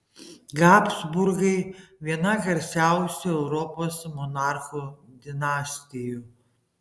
habsburgai viena garsiausių europos monarchų dinastijų